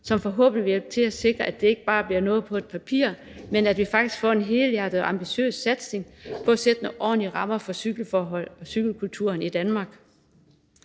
som forhåbentlig vil virke til at sikre, at det ikke bare bliver noget på et papir, men at vi faktisk får en helhjertet og ambitiøs satsning på at sætte nogle ordentlige rammer for cykelforholdene